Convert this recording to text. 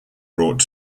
brought